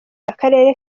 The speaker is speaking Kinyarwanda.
akarere